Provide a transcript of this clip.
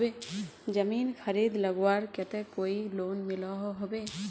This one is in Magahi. जमीन खरीद लगवार केते कोई लोन मिलोहो होबे?